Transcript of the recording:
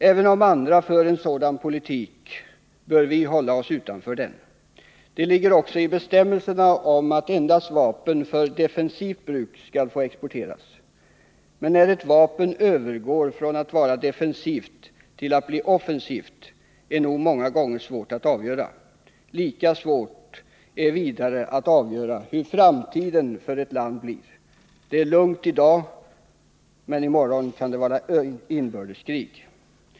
Även om andra länder för en sådan politik bör vi avhålla oss från det. Det anges också i bestämmelserna att endast vapen för defensivt bruk skall få exporteras, men när ett vapen övergår från att vara defensivt till att bli offensivt är många gånger svårt-att avgöra. Lika svårt är det att avgöra hur framtiden för ett land blir. Det kan vara lugnt i ett land i dag, men i morgon kan där pågå ett inbördeskrig.